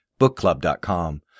bookclub.com